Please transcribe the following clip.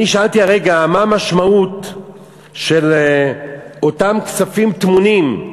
אני שאלתי הרגע מה המשמעות של אותם כספים טמונים,